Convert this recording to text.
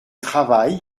travail